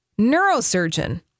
neurosurgeon